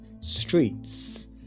Streets